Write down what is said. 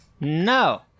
No